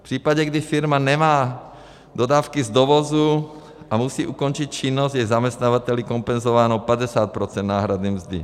V případě, kdy firma nemá dodávky z dovozu a musí ukončit činnost, je zaměstnavateli kompenzováno 50 % náhrady mzdy.